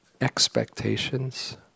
expectations